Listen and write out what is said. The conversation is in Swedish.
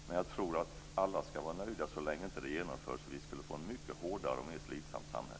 Men jag tror att alla ska vara nöjda så länge det inte genomförs, eftersom vi skulle få ett mycket hårdare och mer slitsamt samhälle.